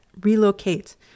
relocate